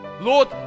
Lord